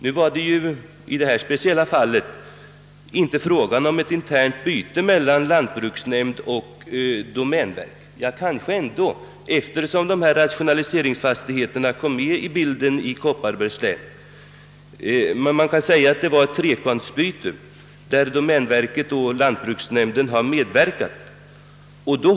Nu var det ju i detta speciella fall inte fråga om ett renodlat internt byte mellan lantbruksnämnd och domänverk, ty med hänsyn till detta fall i Kopparbergs län, där berörda rationaliseringsfastigheter kom med i bilden, kan man säga att det var ett trepartsbyte, i vilket domänverket och lantbruksnämnden medverkade.